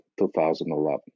2011